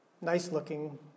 nice-looking